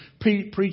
preach